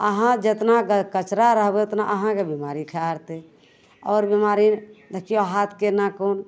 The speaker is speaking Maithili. अहाँ जतना कचरा रहबै ओतना अहाँके बेमारी खेहारतै आओर बेमारी देखिऔ हाथके नाखून